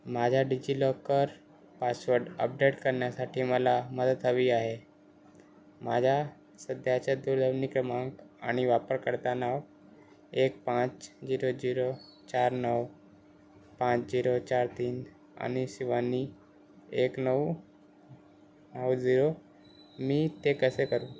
माझ्या DigiLocker password update करण्यासाठी मला मदत हवी आहे माझ्या सध्याच्या दूरध्वनी क्रमांक आणि वापरकर्ता नाव एक पाच झिरो जिरो चार नऊ पाच झिरो चार तीन आणि शिवानी एक नऊ नऊ झिरो मी ते कसे करू